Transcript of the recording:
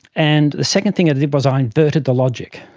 and the second thing i did was i inverted the logic.